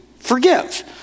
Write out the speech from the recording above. forgive